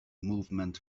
movement